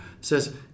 Says